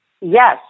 Yes